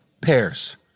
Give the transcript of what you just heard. pairs